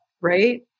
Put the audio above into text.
right